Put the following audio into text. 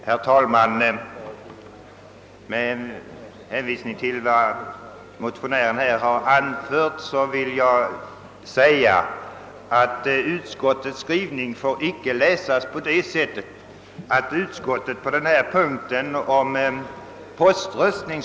Herr talman! Med hänvisning till vad motionären anfört vill jag säga att utskottets skrivning icke skall läsas så att utskottet skulle ha tagit ställning till frågan om förhållandena vid poströstning.